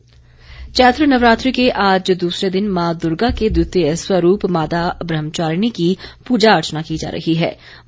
नवरात्रे चैत्र नवरात्रे के आज दूसरे दिन मां दुर्गा के द्वितीय स्वरूप माता ब्रहाम्वारिणी की पूजा अर्चना की जा रही गई